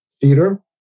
theater